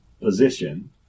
position